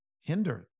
hinder